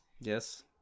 Yes